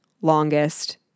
longest